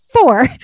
four